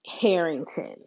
Harrington